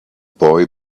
boy